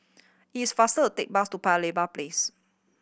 it is faster to take the bus to Paya Lebar Place